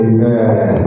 Amen